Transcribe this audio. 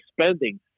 spending